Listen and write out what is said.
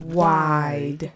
Wide